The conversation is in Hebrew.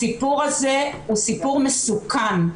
הסיפור הזה הוא סיפור מסוכן.